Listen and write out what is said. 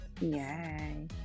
yay